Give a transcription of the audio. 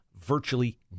virtually